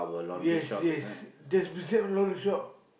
yes yes that's beside the laundry shop